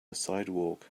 sidewalk